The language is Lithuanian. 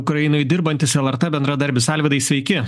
ukrainoj dirbantis lrt bendradarbis alvydai sveiki